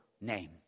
name